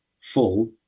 full